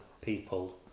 people